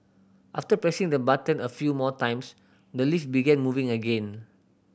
after pressing the button a few more times the lift began moving again